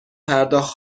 پرداخت